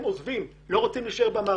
הם עוזבים אינם רוצים להישאר במערכת.